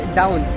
down